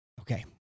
Okay